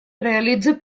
realitza